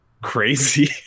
crazy